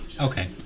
Okay